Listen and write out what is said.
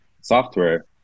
software